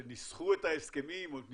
כשניסחו את ההסכמים או את